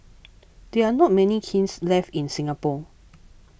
there are not many kilns left in Singapore